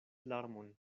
larmon